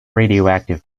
radioactive